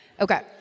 Okay